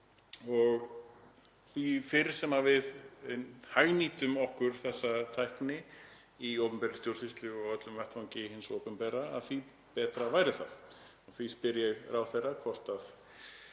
og því fyrr sem við hagnýtum okkur þessa tækni í opinberri stjórnsýslu og á öllum vettvangi hins opinbera, því betra væri það. Því spyr ég ráðherra hvort